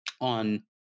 on